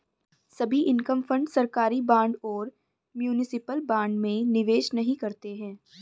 सभी income fund सरकारी bond और म्यूनिसिपल बॉन्ड में निवेश नहीं करते हैं